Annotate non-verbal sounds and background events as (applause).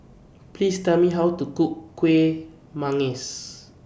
Please Tell Me How to Cook Kueh (unintelligible)